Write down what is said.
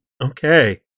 Okay